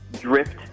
drift